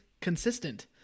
consistent